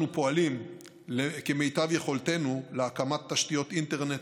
אנו פועלים כמיטב יכולתנו להקמת תשתיות אינטרנט